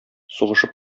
сугышып